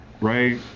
right